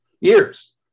Years